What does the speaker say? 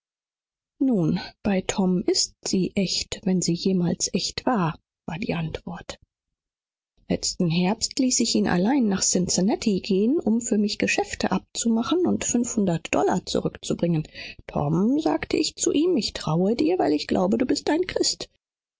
nun bei tom ist es ächte waare entgegnete der andere seht letzten herbst ließ ich ihn allein nach cincinnati gehen um für mich geschäfte abzumachen und ungefähr fünfhundert dollar zu holen tom sagte ich zu ihm ich vertrau dir weil ich weiß daß du ein christ